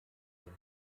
sind